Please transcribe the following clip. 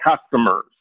customers